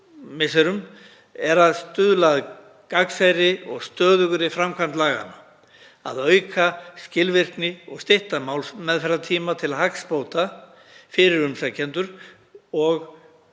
er að stuðla að gagnsærri og stöðugri framkvæmd laganna, að auka skilvirkni og stytta málsmeðferðartíma til hagsbóta fyrir umsækjendur